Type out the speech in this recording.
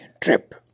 trip